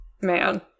man